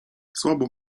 słabo